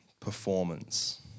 performance